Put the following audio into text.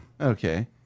Okay